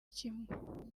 kimwe